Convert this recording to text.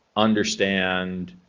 understand,